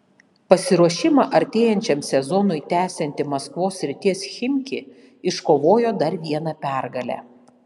pasiruošimą artėjančiam sezonui tęsianti maskvos srities chimki iškovojo dar vieną pergalę